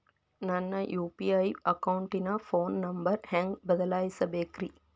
ನನ್ನ ಯು.ಪಿ.ಐ ಅಕೌಂಟಿನ phone number ಹೆಂಗ್ ಬದಲಾಯಿಸ ಬೇಕ್ರಿ?